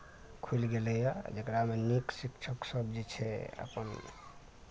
खुलि गेलैया जेकरामे नीक शिक्षक सब जे छै अपन